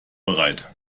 bereit